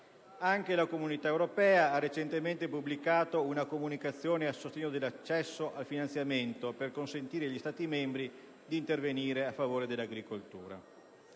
Anche la Comunità europea ha recentemente pubblicato una comunicazione a sostegno dell'accesso al finanziamento per consentire agli Stati membri di intervenire a favore dell'agricoltura.